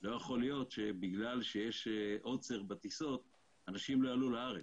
לא יכול להיות שבגלל שיש עוצר בטיסות אנשים לא יעלו לארץ.